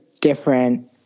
different